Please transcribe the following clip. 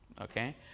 okay